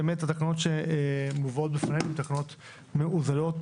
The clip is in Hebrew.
באמת התקנות שמובאות בפנינו הן תקנות מאוזנות